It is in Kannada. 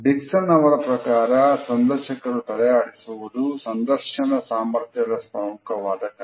ಡಿಕ್ಸನ್ ಅವರ ಪ್ರಕಾರ ಸಂದರ್ಶಕರು ತಲೆ ಆಡಿಸುವುದು ಸಂದರ್ಶನ ಸಾಮರ್ಥ್ಯದ ಪ್ರಮುಖವಾದ ಕಲೆ